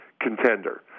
contender